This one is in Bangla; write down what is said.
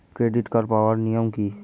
ক্রেডিট কার্ড পাওয়ার নিয়ম কী?